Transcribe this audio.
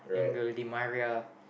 Angel-Di-Maria